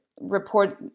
report